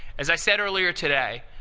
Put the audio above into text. as i said earlier today,